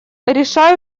решаю